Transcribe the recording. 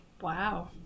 Wow